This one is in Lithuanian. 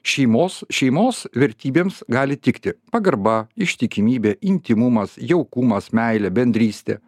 šeimos šeimos vertybėms gali tikti pagarba ištikimybė intymumas jaukumas meilė bendrystė